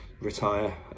retire